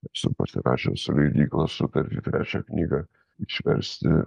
esu pasirašęs su leidykla sutartį trečią knygą išversti